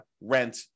rent